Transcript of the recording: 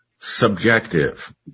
subjective